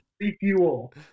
refuel